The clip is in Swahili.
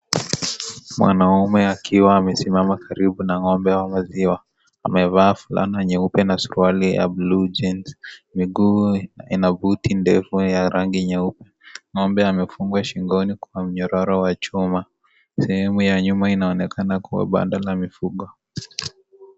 Mwanaume akiwa amesimama karibu na ng'ombe wa maziwa, amevaa fulana nyeupe na suruali ya bluu; jeans . Miguu ina buti ndefu ya rangi nyeupe. Ng'ombe amefungwa shingoni kwa mnyororo wa chuma. Sehemu ya nyuma inaonekana kuwa banda la mifugo.